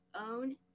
own